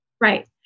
Right